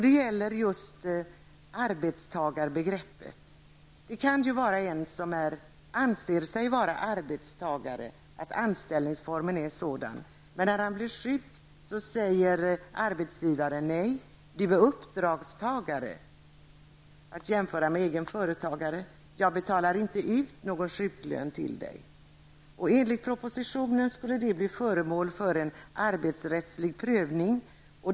Det gäller just arbetstagarbegreppet. Det kan gälla en person som anser sig vara arbetstagare, att anställningsformen är sådan, men när han blir sjuk säger arbetsgivaren nej och hävdar att personen är uppdragstagare. Det är att jämföra med egen företagare, och arbetsgivaren betalar inte ut någon sjuklön till denna person. Enligt propositionen skall det bli föremål för en arbetsrättslig prövning.